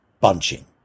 bunching